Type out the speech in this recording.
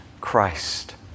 Christ